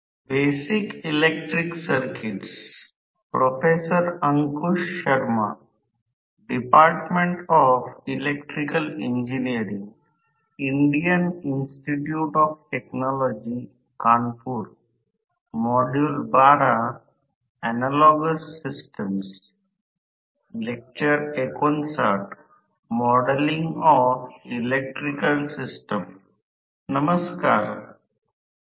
तर आता induction motor चे सिद्धांत किंवा तीन फेज इंडक्शन मोटर चे कार्य हे वाहकवर होणाऱ्या फॅरडे कायदा Faraday's Law आणि लॉरेन्त्झ फोर्स च्या सिद्धांतावर आधारित आहे